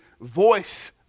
voice